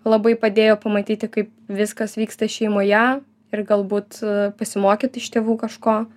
labai padėjo pamatyti kaip viskas vyksta šeimoje ir galbūt pasimokyt iš tėvų kažko